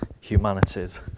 humanities